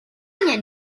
angen